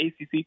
ACC